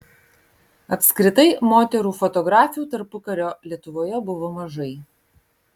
apskritai moterų fotografių tarpukario lietuvoje buvo mažai